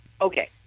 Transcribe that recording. okay